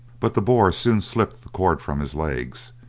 but the boar soon slipped the cord from his legs,